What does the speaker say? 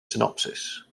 synopsis